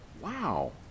wow